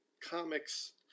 comics